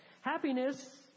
Happiness